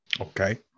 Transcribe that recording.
Okay